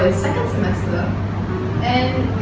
semester and